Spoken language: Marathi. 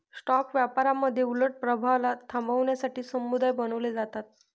स्टॉक व्यापारामध्ये उलट प्रभावाला थांबवण्यासाठी समुदाय बनवले जातात